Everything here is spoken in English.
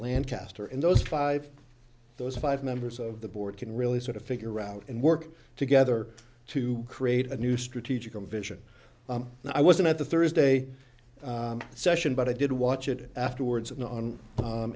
lancaster and those five those five members of the board can really sort of figure out and work together to create a new strategic vision and i wasn't at the thursday session but i did watch it afterwards on